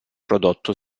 prodotto